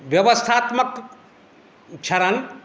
व्यवस्थात्मक क्षरण